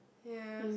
ya